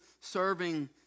serving